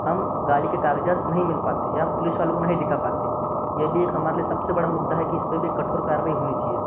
हम गाड़ी के कागजात नहीं मिल पाते या हम पुलिस वालों को नहीं दिखा पाते ये भी एक हमारे लिए सबसे बड़ा मुद्दा है कि इस पर भी कठोर कार्रवाई होनी चाहिए